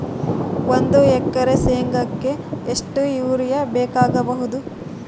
ಒಂದು ಎಕರೆ ಶೆಂಗಕ್ಕೆ ಎಷ್ಟು ಯೂರಿಯಾ ಬೇಕಾಗಬಹುದು?